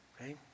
Okay